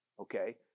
Okay